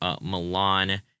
Milan